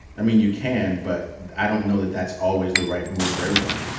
i mean, you can, but i don't know that that's always the right move for everything.